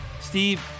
Steve